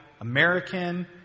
American